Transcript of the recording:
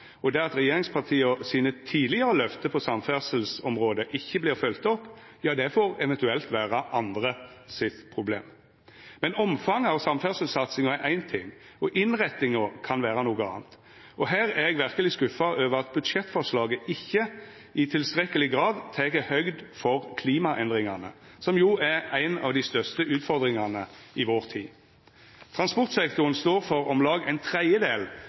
tidlegare løfte frå regjeringspartia på samferdselsområdet ikkje vert følgde opp, det får eventuelt vera andre sitt problem. Omfanget av samferdselssatsinga er ein ting, innrettinga kan vera noko anna. Her er eg verkeleg skuffa over at budsjettforslaget ikkje i tilstrekkeleg grad tek høgd for klimaendringane, som jo er ei av dei største utfordringane i vår tid. Transportsektoren står for om lag ein tredjedel